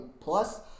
plus